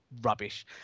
rubbish